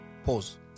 Pause